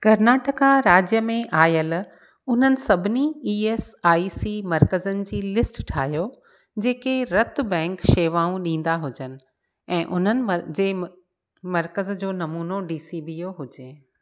कर्नाटका राज्य में आयलु उन्हनि सभिनी ई एस आई सी मर्कज़नि जी लिस्ट ठाहियो जेके रतु बैंक शेवाऊं ॾींदा हुजनि ऐं उन्हनि जे मर्कज़ जो नमूनो डी सी बी ओ हुजे